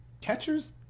Catchers